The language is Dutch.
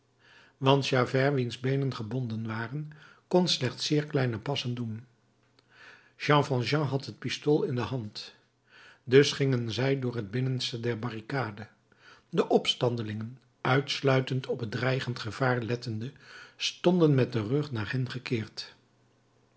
want javert wiens beenen gebonden waren kon slechts zeer kleine passen doen jean valjean had het pistool in de hand dus gingen zij door het binnenste der barricade de opstandelingen uitsluitend op het dreigend gevaar lettende stonden met den rug naar hen gekeerd